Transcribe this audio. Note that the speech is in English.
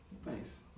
Thanks